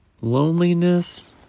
Loneliness